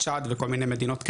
וצ'אד וכל מיני מדינות כאלה,